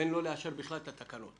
או לא לאשר בכלל את התקנות